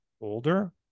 older